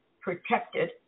protected